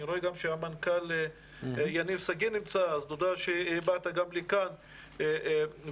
ואני רואה גם שהמנכ"ל יניב שגיא נמצא כאן אז תודה שבאת לכאן והפנית